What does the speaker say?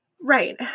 Right